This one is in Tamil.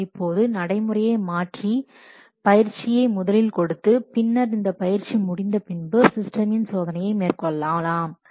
நாம் இப்போது நடைமுறையை மாற்றி பயிற்சியை முதலில் கொடுத்து பின்னர் இந்த பயிற்சி முடிந்த பின்பு சிஸ்டமின் சோதனையை மேற்கொள்ளலாம்